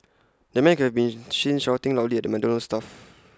the man could be seen shouting loudly at the McDonald's staff